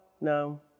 no